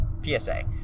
PSA